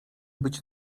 być